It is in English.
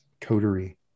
coterie